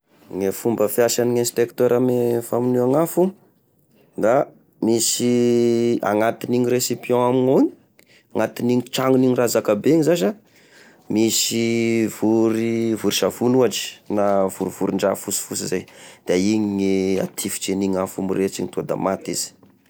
E fomba fiasane instincteur ame famonoagna afo da misy agnatin'igny recipient amignao iny! Agnatiny igny tragnony raha zakabe iny zasa, misy vory savony ohatra, na vorovoron-draha fosifosy zay, da igny gne atifitry en'igny afo mirehitra iny to da maty izy.